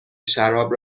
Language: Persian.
شراب